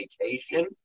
vacation